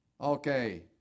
Okay